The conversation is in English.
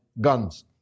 guns